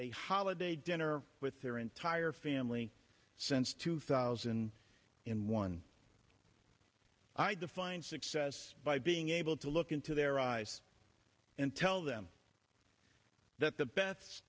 a holiday dinner with their entire family since two thousand and one i define success by being able to look into their eyes and tell them that the best